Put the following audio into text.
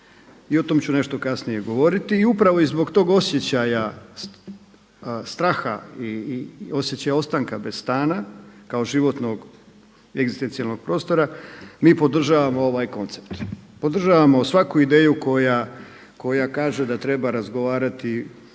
I o tome ću nešto kasnije govoriti. I upravo i zbog toga osjećaja straha i osjećaja ostanka bez stana kao životnog egzistencijalnog prostora mi podržavamo ovaj koncept. Podržavamo svaku ideju koja kaže da treba razgovarati